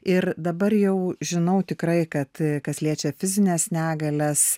ir dabar jau žinau tikrai kad kas liečia fizines negalias